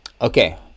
Okay